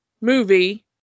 movie